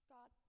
God